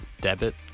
debit